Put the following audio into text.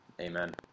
Amen